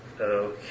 Okay